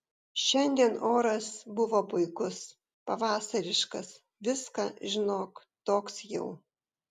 šiandien oras buvo puikus pavasariškas viską žinok toks jau